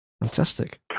Fantastic